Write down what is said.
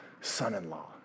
son-in-law